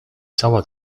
cała